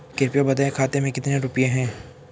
कृपया बताएं खाते में कितने रुपए हैं?